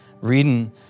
reading